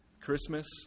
Christmas